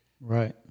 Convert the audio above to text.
Right